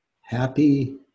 Happy